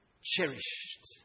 cherished